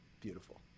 Beautiful